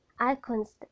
icons